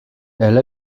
elle